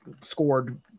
scored